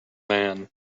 man